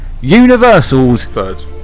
Universal's